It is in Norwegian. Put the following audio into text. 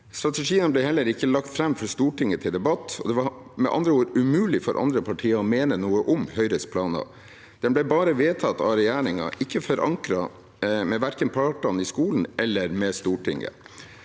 Strategien ble heller ikke lagt fram for Stortinget til debatt. Det var med andre ord umulig for andre partier å mene noe om Høyres planer. Strategien ble bare vedtatt av regjeringen og ikke forankret verken med partene i skolen eller med Stortinget.